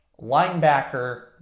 linebacker